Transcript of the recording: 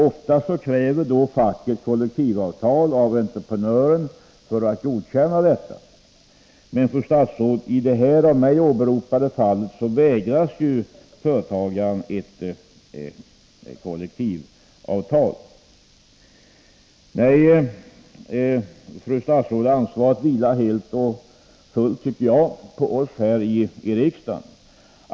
Ofta begär då facket kollektivavtal av entreprenören för att godkänna denne. Men, fru statsråd, i det av mig åberopade fallet vägras ju företagaren ett kollektivavtal. Nej, fru statsråd, ansvaret vilar helt och fullt på oss här i riksdagen.